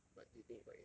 but you think he got A